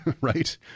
Right